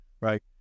right